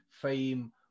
fame